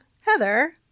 Heather